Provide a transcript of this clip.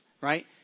right